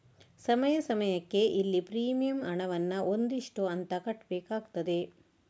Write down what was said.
ಸಮಯ ಸಮಯಕ್ಕೆ ಇಲ್ಲಿ ಪ್ರೀಮಿಯಂ ಹಣವನ್ನ ಒಂದು ಇಷ್ಟು ಅಂತ ಕಟ್ಬೇಕಾಗ್ತದೆ